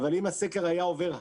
אבל אם הסקר היה עובר היום,